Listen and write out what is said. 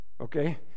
Okay